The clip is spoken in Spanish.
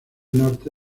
norte